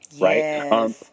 Right